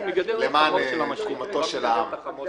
- למען תקומתו של העם.